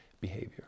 behavior